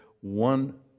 one